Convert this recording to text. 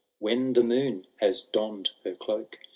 when the moon has donned her cloak.